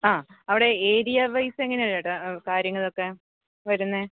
ആ അവിടെ area wise എങ്ങനെയാണ് ചേട്ടാ കാര്യങ്ങളൊക്കെ വരുന്നത്